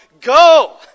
go